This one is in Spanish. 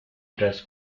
tras